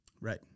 Right